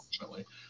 unfortunately